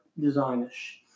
design-ish